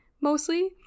mostly